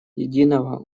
единого